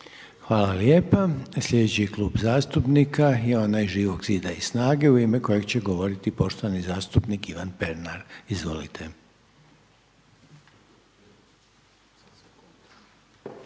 Hvala lijepa. Slijedeći klub zastupnika je onaj Živog zida i SNAGA-e u ime kojega će govoriti poštovani zastupnik Ivan Pernar, izvolite.